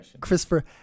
Christopher